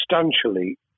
substantially